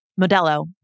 Modelo